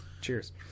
Cheers